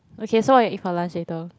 okay so what you eat for lunch later